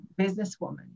businesswoman